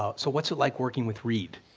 ah so what's it like working with reid?